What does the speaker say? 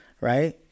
right